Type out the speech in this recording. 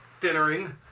dinnering